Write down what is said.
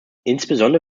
insbesondere